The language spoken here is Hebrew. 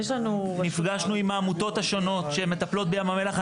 נפגשנו עם העמותות השונות שמטפלות בים המלח.